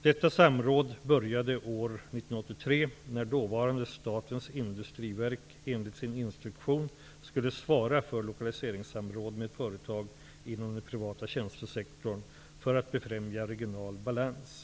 Detta samråd började år 1983, när dåvarande Statens industriverk enligt sin instruktion skulle ''svara för lokaliseringssamråd med företag inom den privata tjänstesektorn för att befrämja regional balans''.